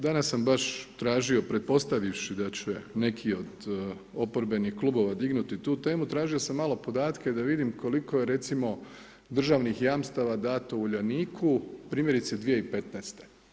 Danas sam baš tražio, pretpostavivši da će neki od oporbenih klubova dignuti tu temu, tražio sam malo podatke da vidim koliko je recimo državnih jamstava dato Uljaniku primjerice 2015.